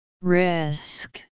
risk